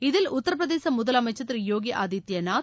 இதில் உத்தரபிரதேச முதலமைச்சர் திரு யோகி ஆதித்பநாத்